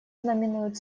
знаменует